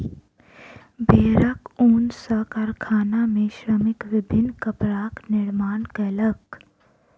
भेड़क ऊन सॅ कारखाना में श्रमिक विभिन्न कपड़ाक निर्माण कयलक